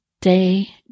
day